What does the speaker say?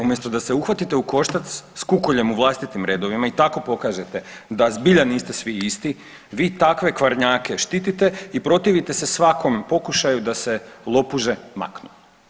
Umjesto da se uhvatite u koštac s kukoljem u vlastitim redovima i tako pokažete da zbilja niste svi isti, vi takve kvarnjake štitite i protivite se svakom pokušaju da se lopuže maknu.